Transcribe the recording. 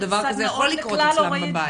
שדבר כזה בכלל יכול לקרות אצלם בבית.